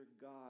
God